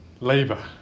labor